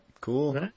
cool